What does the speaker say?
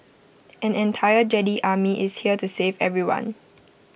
an entire Jedi army is here to save everyone